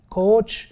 coach